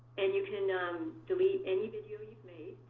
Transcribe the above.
and you can delete any video you've made